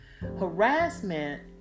harassment